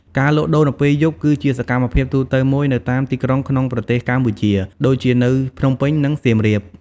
ការលក់ដូរនៅពេលយប់គឺជាសកម្មភាពទូទៅមួយនៅតាមទីក្រុងក្នុងប្រទេសកម្ពុជា ដូចជា នៅភ្នំពេញ និងសៀមរាប។